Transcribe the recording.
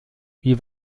wie